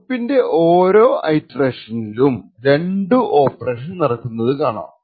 ലൂപ്പിന്റെ ഓരോ ഇറ്ററേഷനിലും രണ്ടു ഓപ്പറേഷൻ നടക്കുന്നത് കാണാം